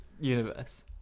universe